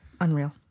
unreal